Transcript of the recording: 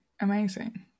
amazing